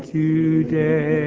today